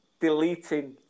deleting